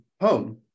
home